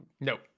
Nope